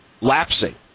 lapsing